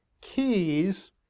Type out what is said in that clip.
keys